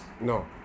No